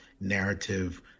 narrative